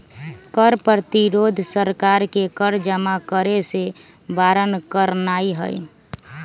कर प्रतिरोध सरकार के कर जमा करेसे बारन करनाइ हइ